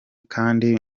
kandi